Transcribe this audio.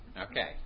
Okay